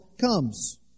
comes